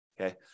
okay